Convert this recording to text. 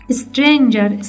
stranger